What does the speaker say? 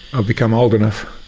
i've become old enough.